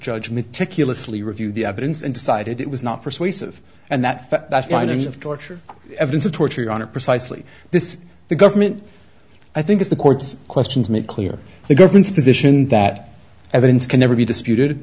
judge meticulously reviewed the evidence and decided it was not persuasive and that kind of torture evidence of torture on a precisely this the government i think is the court's questions made clear the government's position that evidence can never be disputed